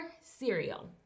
cereal